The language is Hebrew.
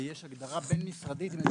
יש הגדרה בין-משרדית מי הם